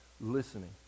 listening